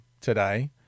today